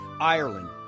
Ireland